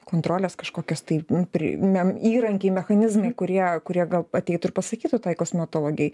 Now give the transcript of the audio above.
kontrolės kažkokios taip pri įrankiai mechanizmai kurie kurie gal ateitų pasakytų tai kosmetologei